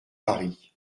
paris